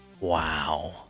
Wow